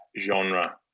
genre